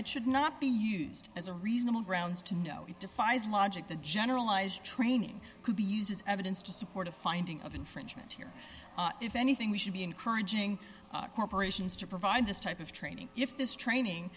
it should not be used as a reasonable grounds to know it defies logic the generalized training could be used as evidence to support a finding of infringement here if anything we should be encouraging corporations to provide this type of training if this training